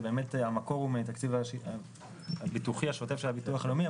המקור הוא מהתקציב הביטוחי השוטף של הביטוח הלאומי,